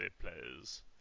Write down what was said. players